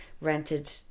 rented